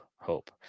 hope